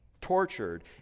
tortured